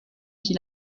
qui